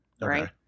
right